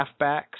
halfbacks